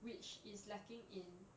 which is lacking in